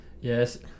Yes